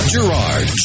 Gerard